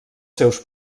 seus